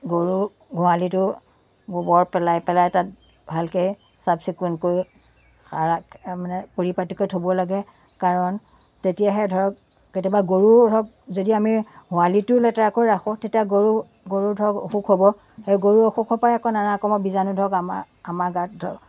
গৰু গোহালিটো গোবৰ পেলাই পেলাই তাত ভালকৈ চাফ চিকুণকৈ সাৰাক মানে পৰিপাটিকৈ থ'ব লাগে কাৰণ তেতিয়াহে ধৰক কেতিয়াবা গৰুও ধৰক যদি আমি গোহালিটো লেতেৰা কৰি ৰাখোঁ তেতিয়া গৰু গৰুৰ ধৰক অসুখ হ'ব সেই গৰুৰ অসুখৰ পৰাই আকৌ নানা ৰকমৰ বীজাণু ধৰক আমাৰ আমাৰ গাত ধ